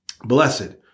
Blessed